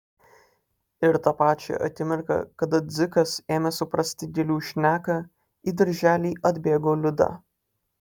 ir tą pačią akimirką kada dzikas ėmė suprasti gėlių šneką į darželį atbėgo liuda